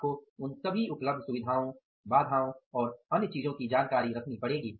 आपको उन सभी उपलब्ध सुविधाओं बाधाओं और अन्य चीजों की जानकारी रखनी पड़ेगी